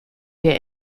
wir